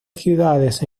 ciudades